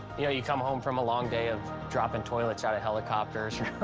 you know, you come home from a long day of dropping toilets out of helicopters